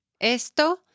Esto